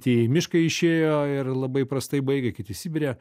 tie į mišką išėjo ir labai prastai baigė kiti sibire